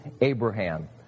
Abraham